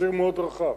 הוא ציר מאוד רחב,